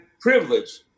privilege